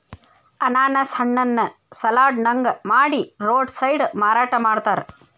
ಅನಾನಸ್ ಹಣ್ಣನ್ನ ಸಲಾಡ್ ನಂಗ ಮಾಡಿ ರೋಡ್ ಸೈಡ್ ಮಾರಾಟ ಮಾಡ್ತಾರ